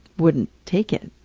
wouldn't take it.